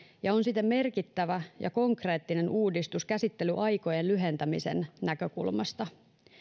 ja se on siten merkittävä ja konkreettinen uudistus käsittelyaikojen lyhentämisen näkökulmasta